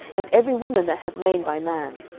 and every woman that hath lain by man.